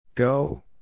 Go